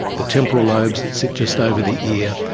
the temporal lobes that sit just over the ear,